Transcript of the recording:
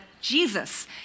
Jesus